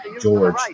George